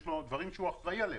יש לו דברים שהוא אחראי עליהם,